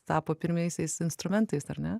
tapo pirmaisiais instrumentais ar ne